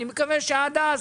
אני מקווה שעד אז